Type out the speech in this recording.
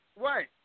Right